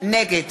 נגד